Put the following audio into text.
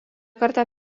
kartą